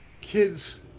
kids